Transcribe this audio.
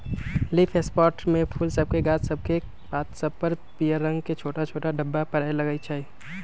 leaf spot में फूल सभके गाछ सभकेक पात सभ पर पियर रंग के छोट छोट ढाब्बा परै लगइ छै